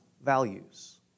values